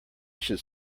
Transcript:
should